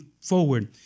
forward